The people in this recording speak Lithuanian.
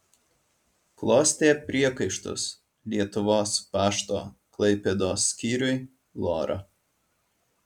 klostė priekaištus lietuvos pašto klaipėdos skyriui lora